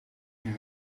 geen